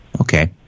Okay